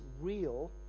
real